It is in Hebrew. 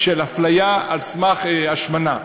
של איסור הפליה על סמך השמנה,